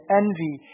envy